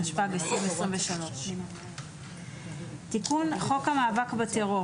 התשפ"ג-2023 תיקון חוק המאבק בטרור